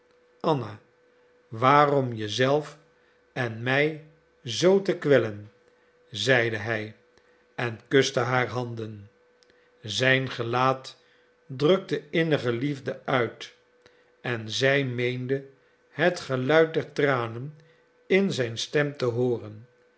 anna waarom je zelf en mij zoo te kwellen zeide hij en kuste haar handen zijn gelaat drukte innige liefde uit en zij meende het geluid der tranen in zijn stem te hooren